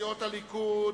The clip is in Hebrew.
הליכוד,